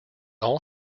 all